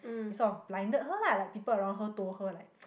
it sort of blinded her lah like people around her told her like